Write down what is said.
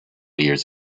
years